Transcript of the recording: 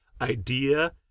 idea